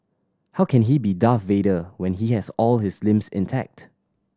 how can he be Darth Vader when he has all his limbs intact